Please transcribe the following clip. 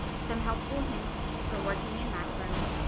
some helpful hints for working in macpro,